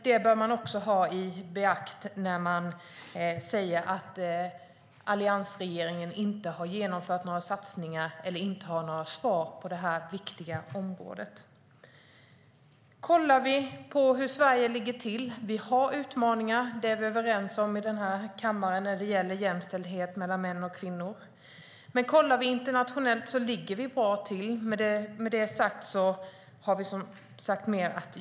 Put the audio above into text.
Det bör man ta i beaktande om man säger att alliansregeringen inte har genomfört några satsningar eller inte har några svar på detta viktiga område. Vi har utmaningar när det gäller jämställdhet mellan män och kvinnor. Det är vi överens om i den här kammaren. Men internationellt ligger Sverige bra till.